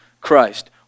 Christ